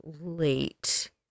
late